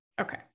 Okay